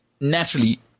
naturally